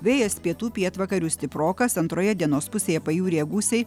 vėjas pietų pietvakarių stiprokas antroje dienos pusėje pajūryje gūsiai